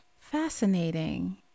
Fascinating